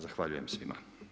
Zahvaljujem svima.